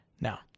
Now